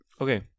Okay